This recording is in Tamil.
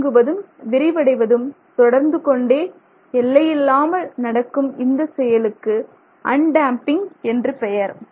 சுருங்குவதும் விரிவடைவதும் தொடர்ந்து கொண்டே எல்லை இல்லாமல் நடக்கும் இந்த செயலுக்கு அண்டேம்பிங் என்று பெயர்